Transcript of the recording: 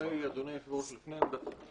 אולי אדוני היושב-ראש, לפני העמדה שלך.